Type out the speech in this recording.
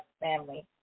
family